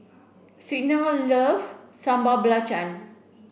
Signa love Sambal Belacan